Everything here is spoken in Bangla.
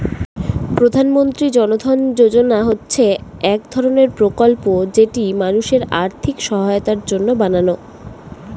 প্রধানমন্ত্রী জন ধন যোজনা হচ্ছে এক ধরণের প্রকল্প যেটি মানুষের আর্থিক সহায়তার জন্য বানানো